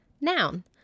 Noun